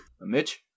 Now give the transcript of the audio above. Mitch